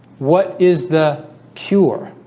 what is the cure?